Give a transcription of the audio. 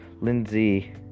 Lindsey